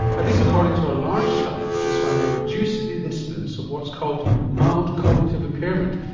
at least according to a large study which has found a reduced instance of what's called mild cognitive impairment,